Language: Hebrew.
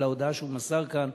על ההודעה שהוא מסר כאן.